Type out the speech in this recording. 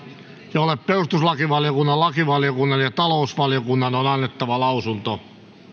jolle perustuslakivaliokunnan lakivaliokunnan ja talousvaliokunnan on annettava lausunto